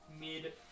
mid